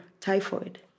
typhoid